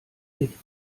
nichts